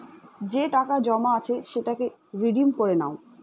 যে টাকা জমা আছে সেটাকে রিডিম করে নাও